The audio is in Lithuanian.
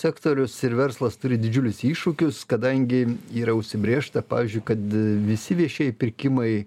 sektorius ir verslas turi didžiulius iššūkius kadangi yra užsibrėžta pavyzdžiui kad visi viešieji pirkimai